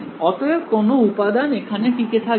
অতএব কোন উপাদান এখানে টিকে থাকবে